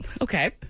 Okay